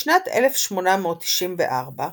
בשנת 1894,